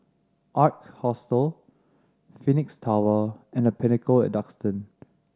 Ark Hostel Phoenix Tower and The Pinnacle at Duxton